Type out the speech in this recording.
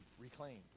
reclaimed